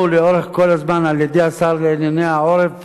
לאורך כל הזמן על-ידי השר לענייני העורף